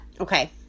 Okay